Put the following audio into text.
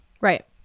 right